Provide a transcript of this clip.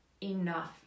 enough